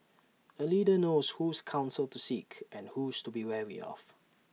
A leader knows whose counsel to seek and whose to be wary of